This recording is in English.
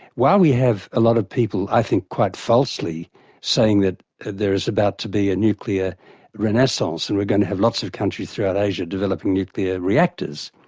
while we have a lot of people i think quite falsely saying that there is about to be a nuclear renaissance, and we're going to have lots of countries throughout asia developing nuclear reactors,